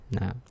No